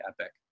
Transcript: epic